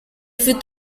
fut